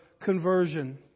conversion